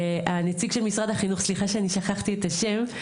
הנציג של משרד החינוך סליחה שאני שכחתי את השם,